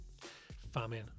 Famine